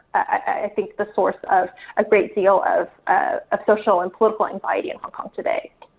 i think, the source of a great deal of a social and political anxiety in hong kong today.